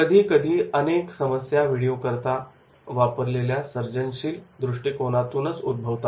कधीकधी अनेक समस्या व्हिडिओकरिता वापरलेल्या सर्जनशीलदृष्टिकोनातून उद्भवतात